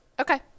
Okay